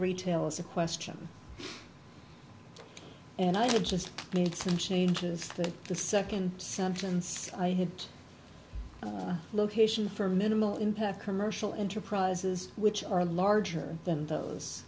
retail is a question and i just made some changes to the second sentence i had the location for minimal impact commercial enterprises which are larger than those